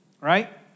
right